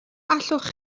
allwch